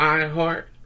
iHeart